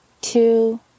Two